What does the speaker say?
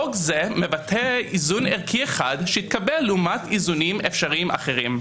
חוק זה מבטא איזון ערכי אחד שהתקבל לעומת איזונים אפשריים אחרים.